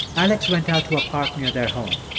alex went out to a park near their home.